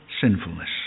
sinfulness